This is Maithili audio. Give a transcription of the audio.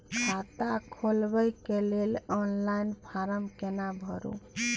खाता खोलबेके लेल ऑनलाइन फारम केना भरु?